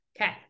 Okay